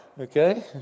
Okay